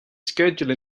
schedule